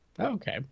Okay